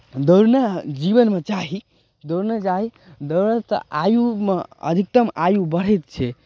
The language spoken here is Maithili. दौड़नाइ जीवनमे चाही दौड़नाइ चाही दौड़यसँ आयुमे अधिकतम आयु बढ़ैत छै